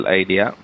idea